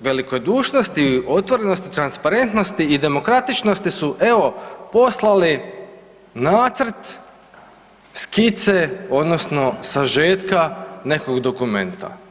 velikodušnosti, otvorenosti, transparentnosti i demokratičnosti su evo poslali nacrt skice odnosno sažetka nekog dokumenta.